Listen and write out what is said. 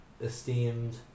esteemed